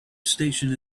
station